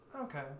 Okay